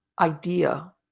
idea